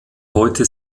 heute